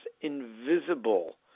invisible